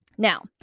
Now